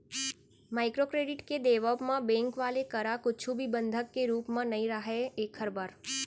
micro credit के देवब म बेंक वाले करा कुछु भी बंधक के रुप म नइ राहय ऐखर बर